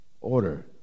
order